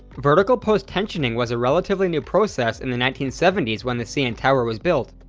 vertical post-tensioning was a relatively new process in the nineteen seventy s when the cn tower was built,